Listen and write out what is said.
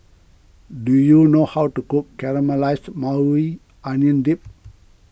do you know how to cook Caramelized Maui Onion Dip